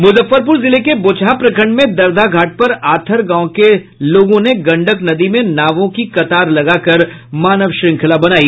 मुजफ्फरपुर जिले के बोचहां प्रखंड में दरधा घाट पर आथर गांव के लोगों ने गंडक नदी में नावों की कतार लगाकर मानव श्रृंखला बनाई